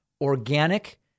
organic